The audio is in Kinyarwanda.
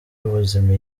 y’ubuzima